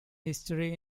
history